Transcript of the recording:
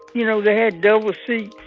you know? they had double seats.